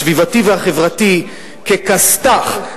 הסביבתי והחברתי ככסת"ח,